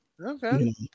Okay